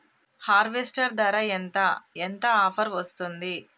Harvester ధర ఎంత ఎంత ఆఫర్ వస్తుంది?